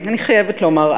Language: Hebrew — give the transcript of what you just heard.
אני חייבת לומר,